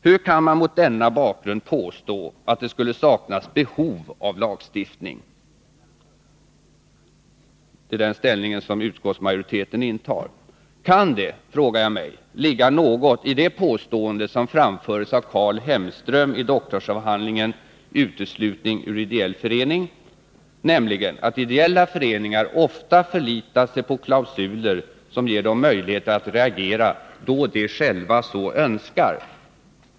Hur kan man mot denna bakgrund påstå att det saknas behov av lagstiftning? Det är den ställning som utskottsmajoriteten intar. Kan det, frågar jag mig, ligga något i det påstående som framförs av Carl Hemström i doktorsavhandlingen Uteslutning ur ideell förening, nämligen att ideella föreningar ofta förlitar sig på klausuler som ger dem möjlighet att reagera då de själva så önskar?